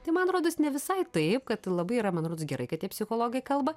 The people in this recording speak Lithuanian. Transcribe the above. tai man rodos ne visai taip kad labai yra man rods gerai kad tie psichologai kalba